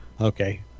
Okay